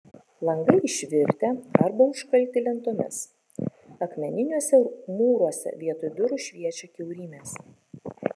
langai išvirtę arba užkalti lentomis akmeniniuose mūruose vietoj durų šviečia kiaurymės